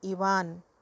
Ivan